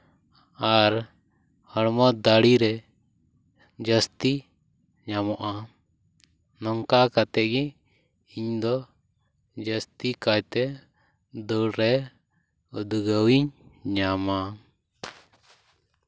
ᱟᱨ ᱦᱚᱲᱢᱚ ᱫᱟᱲᱮᱨᱮ ᱡᱟᱹᱥᱛᱤ ᱧᱟᱢᱚᱜᱼᱟ ᱱᱚᱝᱠᱟ ᱠᱟᱛᱮᱜᱮ ᱤᱧᱫᱚ ᱡᱟᱹᱥᱛᱤ ᱠᱟᱭᱛᱮ ᱫᱟᱹᱲ ᱨᱮ ᱩᱫᱜᱟᱹᱣᱤᱧ ᱧᱟᱢᱟ